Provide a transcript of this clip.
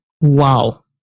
Wow